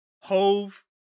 Hove